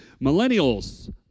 millennials